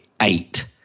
eight